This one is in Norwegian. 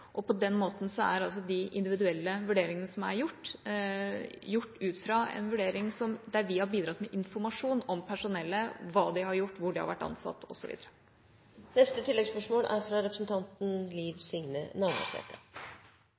og på den måten er de individuelle vurderingene som er gjort, gjort ut fra en vurdering der vi har bidratt med informasjon om personellet – hva de har gjort, hvor de har vært ansatt, osv. Liv Signe Navarsete – til oppfølgingsspørsmål. Denne saka er